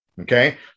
okay